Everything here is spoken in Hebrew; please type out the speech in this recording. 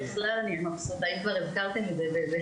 בכלל אני אהיה מבסוטה אם כבר הזכרתם את זה.